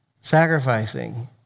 sacrificing